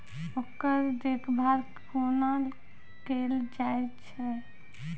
ओकर देखभाल कुना केल जायत अछि?